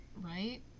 Right